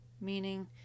meaning